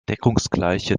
deckungsgleiche